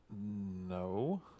No